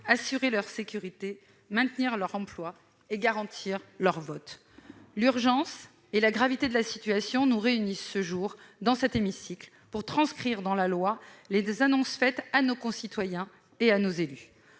assurer leur sécurité, maintenir leur emploi et garantir leur vote. L'urgence et la gravité de la situation nous réunissent aujourd'hui dans cet hémicycle pour transcrire dans la loi les annonces faites à nos concitoyens et à nos élus.